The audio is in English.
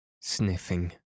sniffing